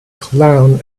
clown